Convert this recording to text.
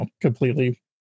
completely